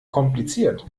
kompliziert